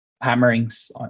hammerings